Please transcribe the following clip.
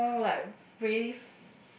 no like really